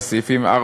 סעיפים 4,